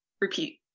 repeat